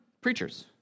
preachers